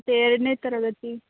ಮತ್ತೆ ಎರಡನೇ ತರಗತಿ